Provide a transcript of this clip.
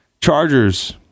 Chargers